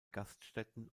gaststätten